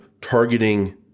targeting